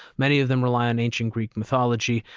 many of them rely on ancient greek mythology.